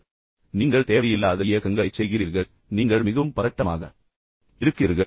எனவே நீங்கள் தேவையில்லாத இயக்கங்களைச் செய்கிறீர்கள் நீங்கள் மிகவும் பதட்டமாக இருப்பதை வெளிப்படுத்த முயற்சிக்கிறீர்கள்